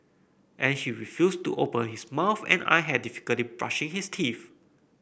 and he refused to open his mouth and I had difficulty brushing his teeth